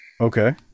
Okay